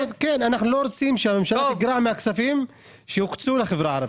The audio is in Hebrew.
אנחנו לא רוצים שהממשלה תגרע מהכספים שהוקצו לחברה הערבית.